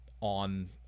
on